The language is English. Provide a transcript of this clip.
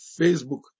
Facebook